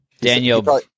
Daniel